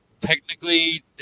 technically